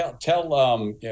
tell